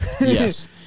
Yes